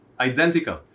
identical